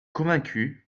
convaincue